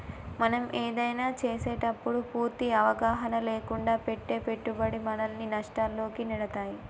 మనం ఏదైనా చేసేటప్పుడు పూర్తి అవగాహన లేకుండా పెట్టే పెట్టుబడి మనల్ని నష్టాల్లోకి నెడతాయి